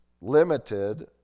limited